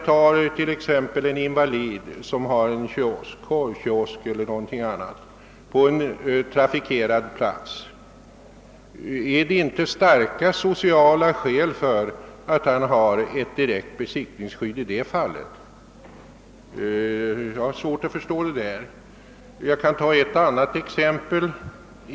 Tag t.ex. en invalid som har ett korvstånd eller någon annan kiosk på en trafikerad plats, talar då inte starka sociala skäl för att han i det fallet har ett direkt besittningsskydd? Jag har svårt att förstå motsatsen. Jag kan ta ett annat exempel.